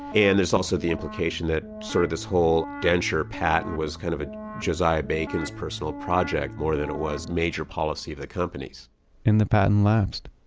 and there's also the implication that sort of this whole denture patent was kind of ah josiah bacon's personal project more than it was a major policy of the company's and the patent lapsed.